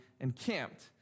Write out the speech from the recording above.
encamped